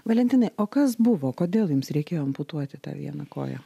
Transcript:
valentinai o kas buvo kodėl jums reikėjo amputuoti tą vieną koją